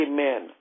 Amen